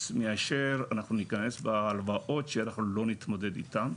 מאשר הם ייכנסו להלוואות איתן הם לא יתמודדו.